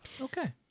Okay